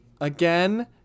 again